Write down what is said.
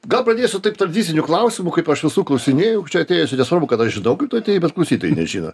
gal pradėsiu taip tradiciniu klausimu kaip aš visų klausinėju čia atėjusių nesvarbu kad aš žinau kaip tu atėjai bet klausytojai nežino